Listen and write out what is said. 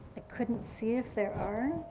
i couldn't see if there are